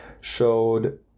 showed